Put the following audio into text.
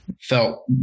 Felt